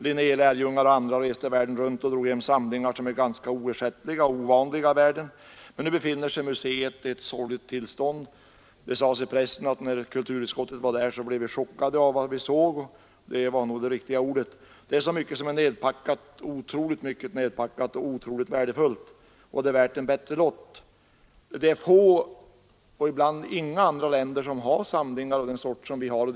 Linnélärjungar och andra reste världen runt och förde hem samlingar som är ovanliga och ganska oersättliga. Men nu befinner sig museet i ett sorgligt tillstånd. Det sades i pressen att vi i kulturutskottet blev chockade av vad vi såg när vi var där, och det var nog en riktig beskrivning. Det ligger en oerhörd mängd mycket värdefulla föremål nedpackade, och de skulle vara värda ett bättre öde. Det är få om ens några länder som har samlingar av den sort som vi där har.